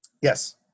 Yes